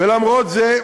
ולמרות זה,